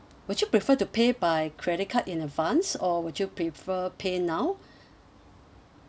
would you prefer to pay by credit card in advance or would you prefer paynow